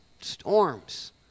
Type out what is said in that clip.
storms